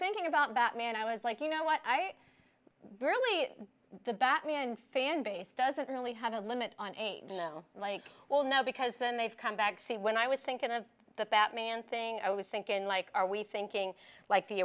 thinking about batman i was like you know what i really the batman fan base doesn't really have a limit on age like well no because then they've come back see when i was thinking of the batman thing i was thinking like are we thinking like the